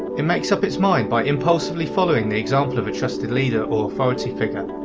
it makes up its mind by impulsively following the example of a trusted leader or authority figure.